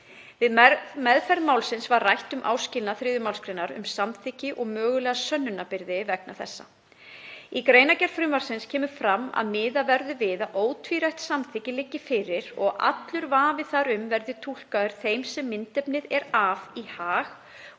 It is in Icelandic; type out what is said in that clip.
Við meðferð málsins var rætt um áskilnað 3. mgr. um samþykki og mögulega sönnunarbyrði vegna þessa. Í greinargerð frumvarpsins kemur fram að miðað verður við að ótvírætt samþykki liggi fyrir og allur vafi þar um verði túlkaður þeim sem myndefnið er af í hag